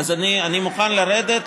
אז אני מוכן לרדת,